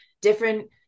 different